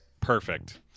Perfect